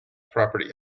property